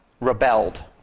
rebelled